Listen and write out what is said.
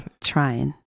trying